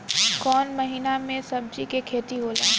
कोउन महीना में सब्जि के खेती होला?